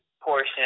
portion